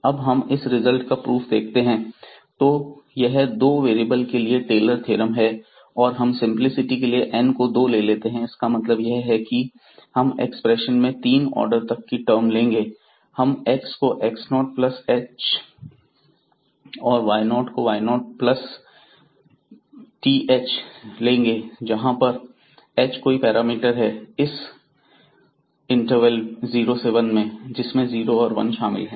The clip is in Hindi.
आप हम इस रिजल्ट का प्रूफ देखते हैं तो यह दो वेरिएबल के लिए टेलर थ्योरम है और हम सिंपलीसिटी के लिए n को दो ले लेते हैं इसका मतलब यह है कि हम एक्सपेंशन में तीन आर्डर तक की टर्म लेंगे हम x को x0 प्लस th और y0 को y0 प्लस th लेंगे जहां पर h कोई पैरामीटर है इस इंटरवेल 0 से 1 में जिसमें 0 और 1 शामिल हैं